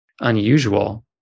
unusual